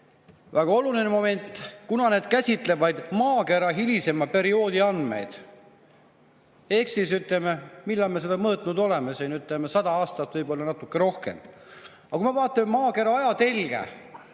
väga oluline moment –, kuna need käsitlevad vaid maakera hilisema perioodi andmeid. Ehk siis, ütleme, millal me seda mõõtnud oleme? Sada aastat, võib‑olla natuke rohkem. Aga vaatame maakera ajatelge,